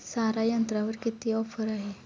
सारा यंत्रावर किती ऑफर आहे?